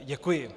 Děkuji.